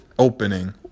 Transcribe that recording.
opening